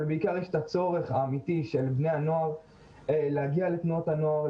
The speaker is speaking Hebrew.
אבל בעיקר יש את הצורך האמיתי של בני הנוער להגיע לתנועות הנוער,